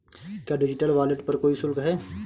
क्या digital wallet पर कोई शुल्क है?